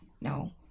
no